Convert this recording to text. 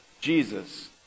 Jesus